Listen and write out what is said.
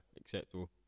acceptable